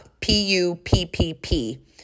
P-U-P-P-P